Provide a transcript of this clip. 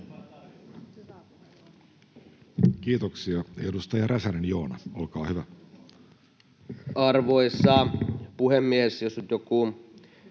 Kiitoksia. — Edustaja Räsänen, Joona, olkaa hyvä. Arvoisa puhemies! Jos nyt joku